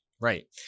Right